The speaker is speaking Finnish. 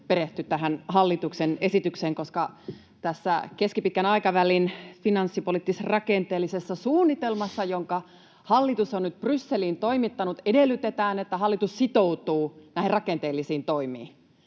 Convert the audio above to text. tähän hallituksen esitykseen, koska tässä keskipitkän aikavälin finanssipoliittis-rakenteellisessa suunnitelmassa, jonka hallitus on nyt Brysseliin toimittanut, edellytetään, että hallitus sitoutuu näihin rakenteellisiin toimiin.